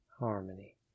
Harmony